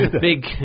Big